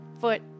foot